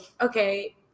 okay